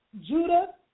Judah